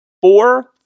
four